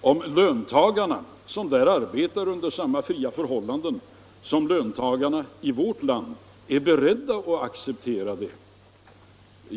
om löntagarna, som i Danmark arbetar under ungefär samma fria förhållanden som löntagarna i vårt land, är beredda att acceptera denna politik.